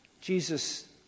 Jesus